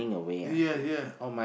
ya ya